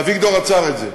ואביגדור עצר את זה,